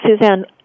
Suzanne